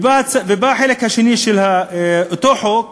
ובא החלק השני של אותו חוק,